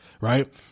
right